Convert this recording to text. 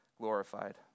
glorified